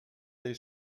they